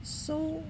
so